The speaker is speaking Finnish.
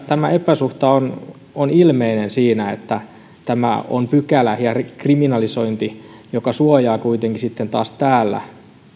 tämä epäsuhta on on ilmeinen siinä että tämä on pykälä ja kriminalisointi joka suojaa kuitenkin sitten taas täällä